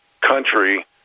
country